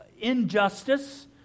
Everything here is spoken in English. injustice